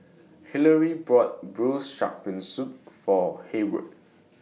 Hillary bought Braised Shark Fin Soup For Hayward